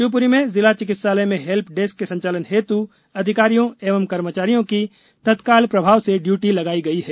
शिव री में जिला चिकित्सालय में हेल डेस्क के संचालन हेत् अधिकारियों एवं कर्मचारियों की तत्काल प्रभाव से इयूटी लगाई गयी है